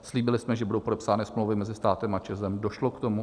Slíbili jsme, že budou podepsány smlouvy mezi státem a ČEZ, došlo k tomu.